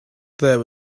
there